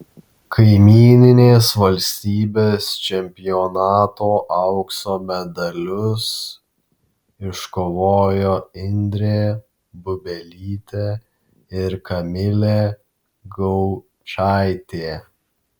kaimyninės valstybės čempionato aukso medalius iškovojo indrė bubelytė ir kamilė gaučaitė